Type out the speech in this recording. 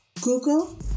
Google